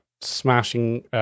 smashing